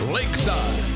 Lakeside